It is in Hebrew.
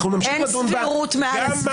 אנחנו נמשיך לדון בה גם מחר.